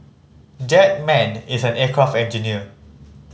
that man is an aircraft engineer